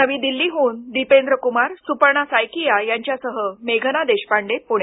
नवी दिल्लीहून दिपेंद्र कुमार सुपर्णा सायकिया यांच्यासह मेघना देशपांडे पुणे